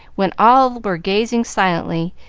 when all were gazing silently,